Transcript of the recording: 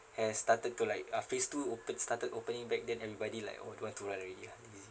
has started to like uh phase two open started opening back then everybody like oh don't want to run already ah